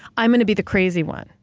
i'm going to be the crazy one,